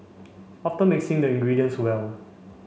after mixing the ingredients well